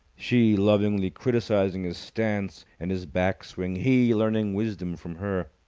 she lovingly criticizing his stance and his back-swing, he learning wisdom from her.